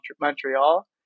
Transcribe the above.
Montreal